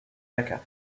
becca